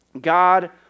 God